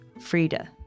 Frida